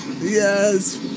Yes